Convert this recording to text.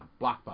blockbuster